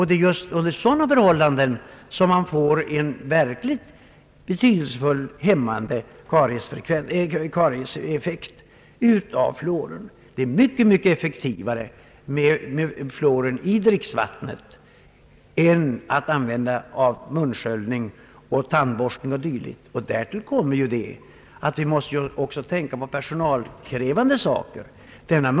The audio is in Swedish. Det är just under sådana förhållanden som man med fluor får ett verkligt betydelsefullt hämmande av karies. Detta är orsaken till att det är mycket effektivare att tillsätta fluor i dricksvattnet än att använda munsköljning, tandborstning och dylikt. Därtill kommer att vi måste tänka på hur stor personal som erfordras.